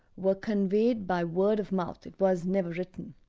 were conveyed by word of mouth. it was never written.